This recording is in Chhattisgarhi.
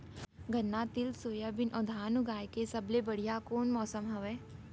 गन्ना, तिल, सोयाबीन अऊ धान उगाए के सबले बढ़िया कोन मौसम हवये?